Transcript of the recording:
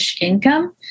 income